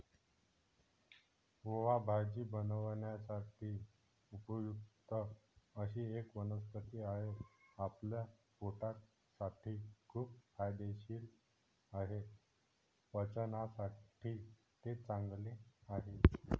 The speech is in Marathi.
ओवा भाजी बनवण्यासाठी उपयुक्त अशी एक वनस्पती आहे, आपल्या पोटासाठी खूप फायदेशीर आहे, पचनासाठी ते चांगले आहे